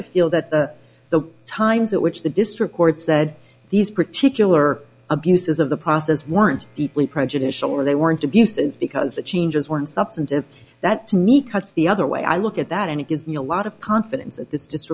of feel that the times at which the district court said these particular abuses of the process weren't deeply prejudicial or they weren't abuses because the changes weren't substantive that to me cuts the other way i look at that and it gives me a lot of confidence i